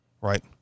right